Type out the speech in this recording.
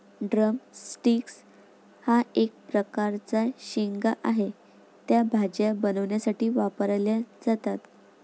drum sticks हा एक प्रकारचा शेंगा आहे, त्या भाज्या बनवण्यासाठी वापरल्या जातात